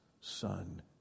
son